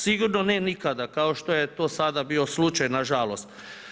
Sigurno ne nikada, kao što je to sada bio slučaj, nažalost.